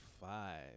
five